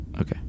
Okay